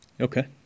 okay